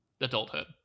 adulthood